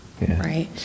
right